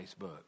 Facebook